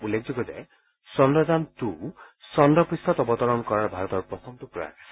উল্লেখযোগ্য যে চন্দ্ৰযান টু চন্দ্ৰপৃষ্ঠত অৱতৰণ কৰাৰ ভাৰতৰ প্ৰথমটো প্ৰয়াস আছিল